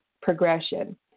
progression